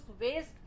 waste